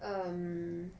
um